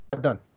done